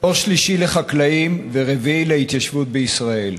דור שלישי לחקלאים ורביעי להתיישבות בישראל.